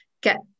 get